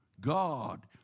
God